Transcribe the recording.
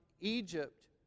Egypt